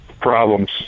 problems